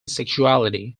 sexuality